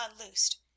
unloosed